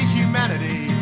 humanity